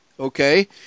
Okay